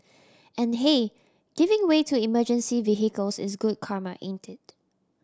and hey giving way to emergency vehicles is good karma ain't it